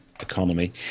economy